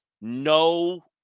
No